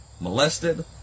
molested